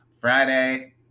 Friday